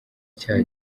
icyaha